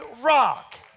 rock